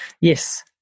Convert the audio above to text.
Yes